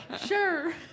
Sure